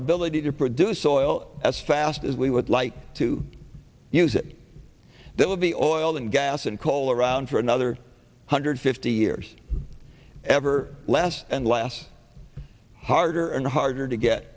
ability to produce oil as fast as we would like to use it that will be all and gas and coal around for another hundred fifty years ever less and less harder and harder to get